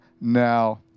now